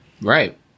Right